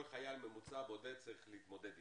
חייל ממוצע בודד צריך להתמודד אתה.